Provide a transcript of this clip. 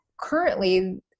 currently